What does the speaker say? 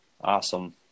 Awesome